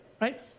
Right